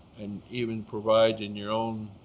and even provide in your own